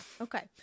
Okay